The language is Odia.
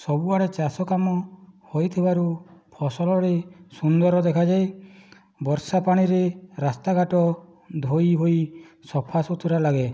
ସବୁ ଆଡ଼େ ଚାଷ କାମ ହୋଇଥିବାରୁ ଫସଲରେ ସୁନ୍ଦର ଦେଖାଯାଏ ବର୍ଷା ପାଣିରେ ରାସ୍ତାଘାଟ ଧୋଇ ହୋଇ ସଫା ସୁତରା ଲାଗେ